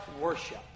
worship